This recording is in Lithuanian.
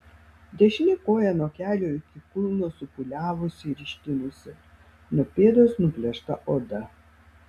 dešinė koja nuo kelio iki kulno supūliavusi ir ištinusi nuo pėdos nuplėšta oda